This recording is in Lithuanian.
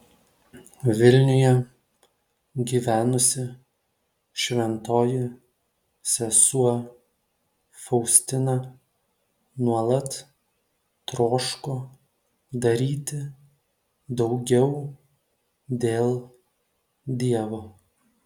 vilniuje gyvenusi šventoji sesuo faustina nuolat troško daryti daugiau dėl dievo